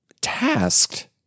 tasked